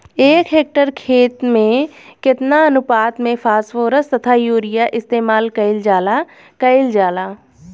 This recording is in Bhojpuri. एक हेक्टयर खेत में केतना अनुपात में फासफोरस तथा यूरीया इस्तेमाल कईल जाला कईल जाला?